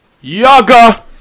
Yaga